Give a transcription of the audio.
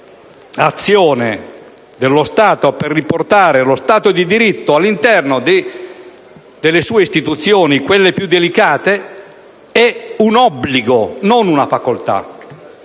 l'azione dello Stato per ricreare le condizioni dello Stato di diritto all'interno delle sue istituzioni, quelle più delicate, è un obbligo, non una facoltà;